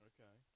Okay